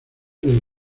del